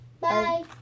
Bye